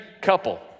couple